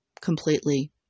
completely